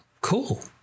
cool